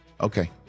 Okay